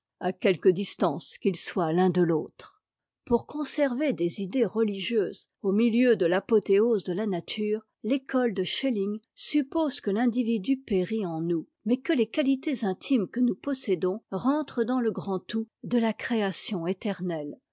à quelque distance qu its soient t t'un de l'autre pour conserver des idées religieuses au milieu de l'apothéose de la nature l'école de sehehing suppose que l'individu périt en nous mais que les qualités intimes que nous possédons rentrent dans le grand tout de la création éternelle